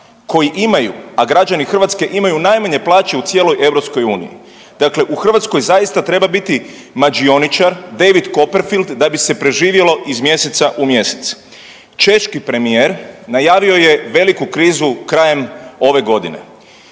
koji imaju, a građani Hrvatske imaju najmanje plaće u cijeloj EU. Dakle u Hrvatskoj zaista treba biti mađioničar, David Copperfield da bi se preživjelo iz mjeseca u mjesec. Češki premijer najavio je veliku krizu krajem ove godine.